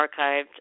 archived